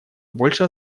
больше